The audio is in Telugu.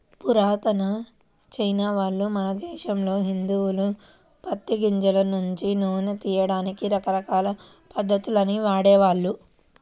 పురాతన చైనావాళ్ళు, మన దేశంలోని హిందువులు పత్తి గింజల నుంచి నూనెను తియ్యడానికి రకరకాల పద్ధతుల్ని వాడేవాళ్ళు